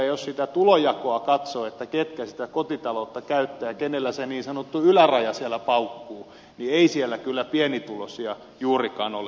jos sitä tulonjakoa katsoo ketkä sitä kotitalousvähennystä käyttävät ja kenellä se niin sanottu yläraja siellä paukkuu niin ei siellä kyllä pienituloisia juurikaan ole